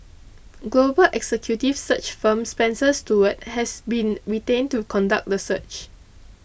global executive search firm Spencer Stuart has been retained to conduct the search